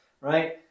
right